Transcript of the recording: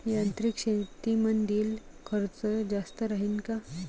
यांत्रिक शेतीमंदील खर्च जास्त राहीन का?